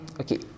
okay